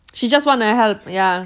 she just want to help